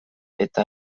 eta